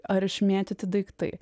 ar išmėtyti daiktai